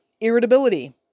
irritability